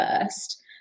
first